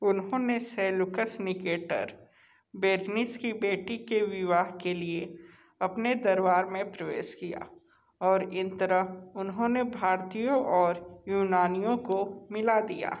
उन्होंने Seleucus Nicator Berenice की बेटी के विवाह के लिए अपने दरबार में प्रवेश किया और इस तरह उन्होंने भारतीयों और यूनानियों को मिला दिया